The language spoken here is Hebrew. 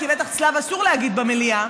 כי בטח צלב אסור להגיד במליאה.